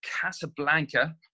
Casablanca